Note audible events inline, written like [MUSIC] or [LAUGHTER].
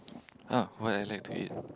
ah what I like to eat [NOISE]